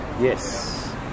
Yes